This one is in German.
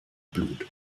blut